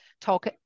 talk